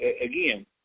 again